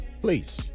Please